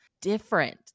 different